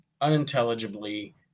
unintelligibly